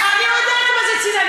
אני יודעת מה זה ציל"ה,